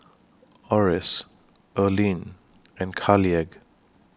Orris Erline and Carleigh